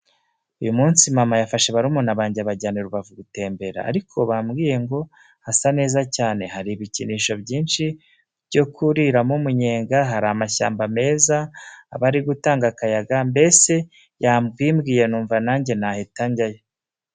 Uyu munsi mama yafashe barumuna bange abajyana i Rubavu gutembera, ariko bambwiye ngo hasa neza cyane, hari ibikinisho byinshi byo kuriramo umunyega, hari amashyamba meza, aba ari gutanga akayaga, mbese yabimbwiye numva nange nahita njyayo.